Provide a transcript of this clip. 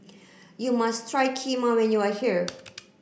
you must try Kheema when you are here